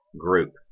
group